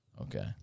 Okay